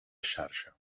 xarxa